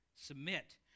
submit